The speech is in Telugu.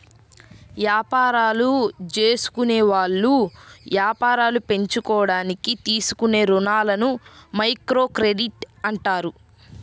యాపారాలు జేసుకునేవాళ్ళు యాపారాలు పెంచుకోడానికి తీసుకునే రుణాలని మైక్రోక్రెడిట్ అంటారు